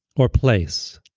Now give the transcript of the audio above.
or place